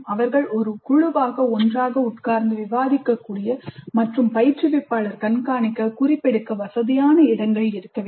அவர்கள் ஒரு குழுவாக ஒன்றாக உட்கார்ந்து விவாதிக்கக்கூடிய மற்றும் பயிற்றுவிப்பாளர் கண்காணிக்க குறிப்பெடுக்க வசதியான இடங்கள் இருக்க வேண்டும்